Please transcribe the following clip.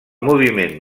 moviment